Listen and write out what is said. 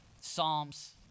Psalms